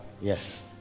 yes